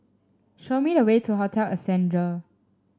show me the way to Hotel Ascendere